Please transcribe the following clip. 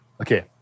Okay